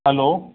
hello